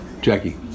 Jackie